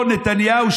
אותו נתניהו,